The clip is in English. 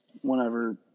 whenever